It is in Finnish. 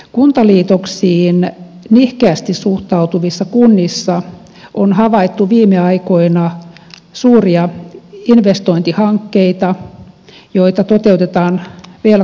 kuntaliitoksiin nihkeästi suhtautuvissa kunnissa on havaittu viime aikoina suuria investointihankkeita joita toteutetaan velkarahalla